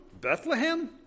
Bethlehem